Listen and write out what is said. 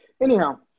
anyhow